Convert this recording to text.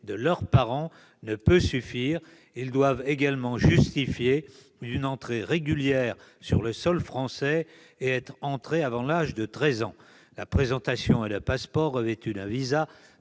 de leurs parents ne peut suffire : ces mineurs doivent également justifier d'une entrée régulière sur le sol français et être entrés avant l'âge de treize ans. La présentation d'un passeport revêtu d'un visa